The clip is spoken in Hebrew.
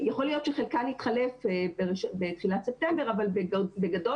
יכול להיות שחלקן יתחלף בתחילת ספטמבר אבל בגדול